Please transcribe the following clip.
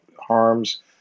harms